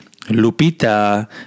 Lupita